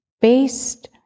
based